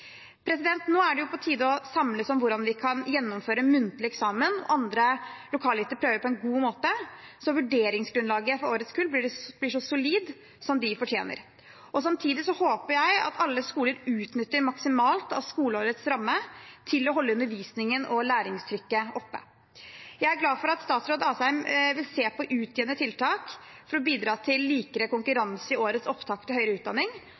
er det på tide å samles om hvordan vi kan gjennomføre muntlig eksamen og andre lokalgitte prøver på en god måte, så vurderingsgrunnlaget for årets kull blir så solid som de fortjener. Samtidig håper jeg at alle skoler utnytter skoleårets ramme maksimalt og holder undervisningen og læringstrykket oppe. Jeg er glad for at statsråd Asheim vil se på utjevnende tiltak for å bidra til likere konkurranse i årets opptak til høyere utdanning,